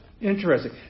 Interesting